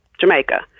Jamaica